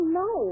no